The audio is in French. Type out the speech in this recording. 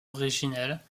originelle